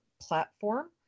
platform